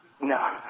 No